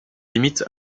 limite